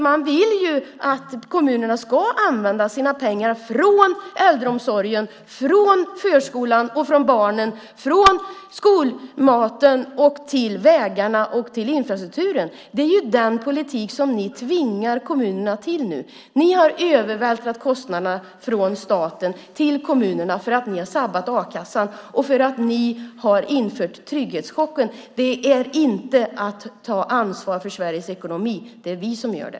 Man vill att kommunerna ska använda sina pengar från äldreomsorgen, från förskolan, från barnen och från skolmaten till vägarna och till infrastrukturen. Det är den politik som ni nu tvingar kommunerna till. Ni har övervältrat kostnaderna från staten till kommunerna för att ni har sabbat a-kassan och för att ni har infört trygghetschocken. Det är inte att ta ansvar för Sveriges ekonomi. Det är vi som gör det.